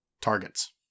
targets